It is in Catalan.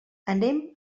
anem